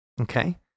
Okay